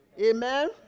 Amen